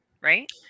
right